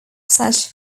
such